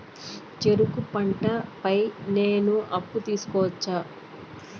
చెరుకు పంట పై నేను అప్పు తీసుకోవచ్చా?